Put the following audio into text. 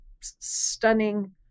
stunning